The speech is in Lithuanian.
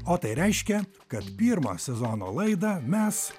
o tai reiškia kad pirmą sezono laidą mes